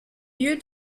lieu